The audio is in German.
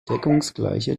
deckungsgleiche